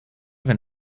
wenn